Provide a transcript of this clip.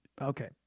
Okay